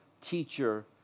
teacher